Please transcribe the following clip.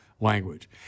language—